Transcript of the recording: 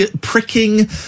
pricking